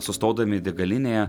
sustodami degalinėje